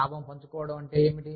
లాభం పంచుకోవడం అంటే ఏమిటి